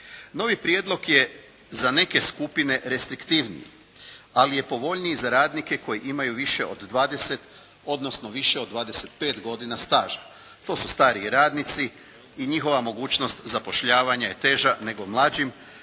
Novi prijedlog je za neke skupine restriktivniji, ali je povoljniji za radnike koji imaju više od 20 odnosno više od 25 godina staža. To su stariji radnici i njihova mogućnost zapošljavanja je teža nego mlađim